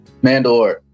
Mandalore